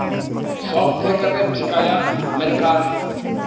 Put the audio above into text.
ᱥᱚᱠ ᱛᱟᱦᱮᱸ ᱠᱟᱛᱮᱢ ᱪᱤᱠᱟᱭᱟ ᱢᱮᱱᱠᱷᱟᱱ